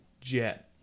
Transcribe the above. jet